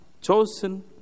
chosen